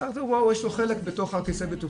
למשרד התחבורה יש חלק בכיסא הבטיחות,